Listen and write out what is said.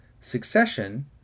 succession